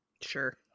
sure